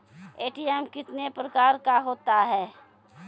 ATM कितने प्रकार का होता हैं?